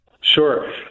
Sure